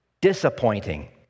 disappointing